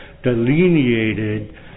delineated